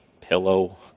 pillow